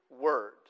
word